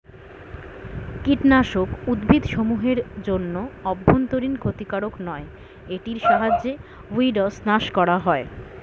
কীটনাশক উদ্ভিদসমূহ এর জন্য অভ্যন্তরীন ক্ষতিকারক নয় এটির সাহায্যে উইড্স নাস করা হয়